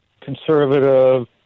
conservative